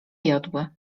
jodły